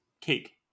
cake